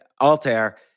Altair